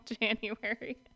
january